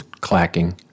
clacking